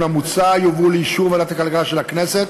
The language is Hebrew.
המוצע יובאו לאישור ועדת הכלכלה של הכנסת